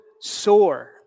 sore